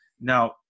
now